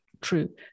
true